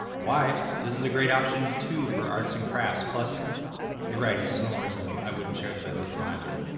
wife's this is a great option too for arts and crafts, plus you're right he snores and i wouldn't share a bed with him either.